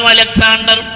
Alexander